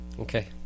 Okay